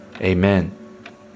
Amen